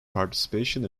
participation